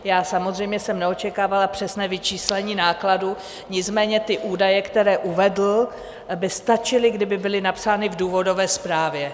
Já jsem samozřejmě neočekávala přesné vyčíslení nákladů, nicméně ty údaje, které uvedl, by stačily, kdyby byly napsány v důvodové zprávě.